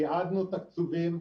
ייעדנו תקציבים.